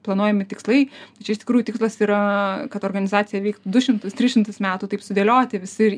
planuojami tikslai čia iš tikrųjų tikslas yra kad organizacija veiktų du šimtus tris šimtus metų taip sudėlioti visi ir